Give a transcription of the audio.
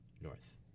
North